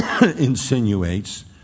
insinuates